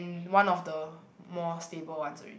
in one of the more stable ones already